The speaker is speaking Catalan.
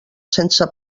sense